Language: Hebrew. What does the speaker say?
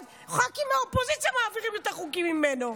ח"כים מהאופוזיציה מעבירים יותר חוקים ממנו.